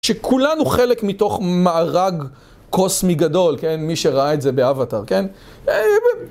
שכולנו חלק מתוך מארג קוסמי גדול, כן? מי שראה את זה באוואטר, כן?